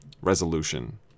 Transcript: resolution